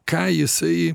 ką jisai